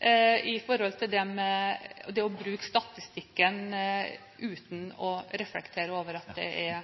det å bruke statistikken uten å reflektere over at det